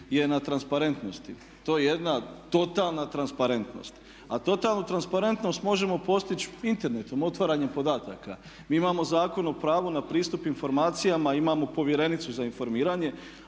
je na transparentnosti. To je jedna totalna transparentnost. A totalnu transparentnost možemo postići internetom, otvaranjem podataka. Mi imamo Zakon o pravu na pristup informacijama, imamo povjerenicu za informiranje